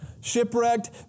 Shipwrecked